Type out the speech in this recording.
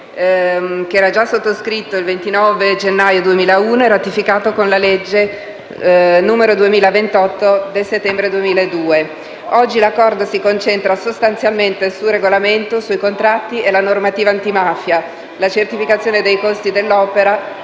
che era stato già stato scritto il 29 gennaio 2001 e ratificato con la legge n. 228 del settembre 2002. Oggi l'Accordo si concentra sostanzialmente sul regolamento, sui contratti e la normativa antimafia, la certificazione dei costi dell'opera